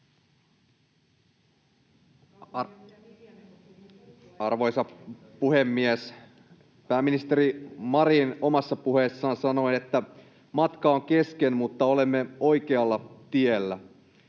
Arvoisa puhemies! Pääministeri Marin omassa puheessaan sanoi, että matka on kesken mutta olemme oikealla tiellä.